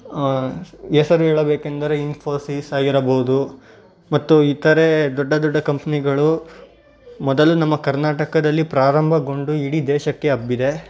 ಹೆಸರು ಹೇಳಬೇಕೆಂದರೆ ಇನ್ಫೋಸಿಸ್ ಆಗಿರಬೌದು ಮತ್ತು ಇತರೆ ದೊಡ್ಡ ದೊಡ್ಡ ಕಂಪ್ನಿಗಳು ಮೊದಲು ನಮ್ಮ ಕರ್ನಾಟಕದಲ್ಲಿ ಪ್ರಾರಂಭಗೊಂಡು ಇಡೀ ದೇಶಕ್ಕೆ ಹಬ್ಬಿದೆ